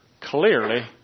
clearly